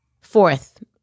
Fourth